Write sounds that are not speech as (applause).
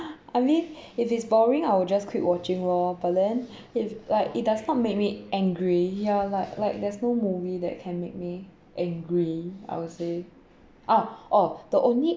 I mean if it's boring I'll just quit watching lor but then (breath) if like it does not make me angry ya like like there's no movie that can make me angry I will say ah oh the only